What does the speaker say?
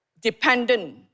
dependent